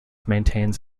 maintains